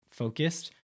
focused